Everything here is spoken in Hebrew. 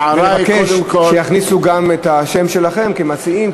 לבקש שיכניסו גם את השם שלכם כמציעים,